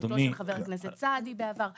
של חבר הכנסת סעדי בעבר,